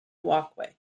walkway